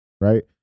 right